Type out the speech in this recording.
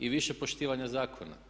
I više poštivanja zakona.